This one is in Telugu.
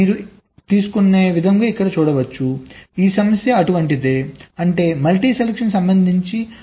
మీరు కూడా ఇక్కడ చూడవచ్చు ఈ సమస్య అటువంటిదే అంటే మల్టీ సెలక్షన్ కు సంబంధించినది